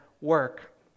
work